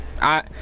I-